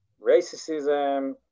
racism